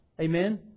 Amen